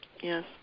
Yes